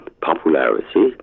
popularity